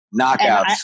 Knockouts